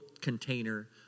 container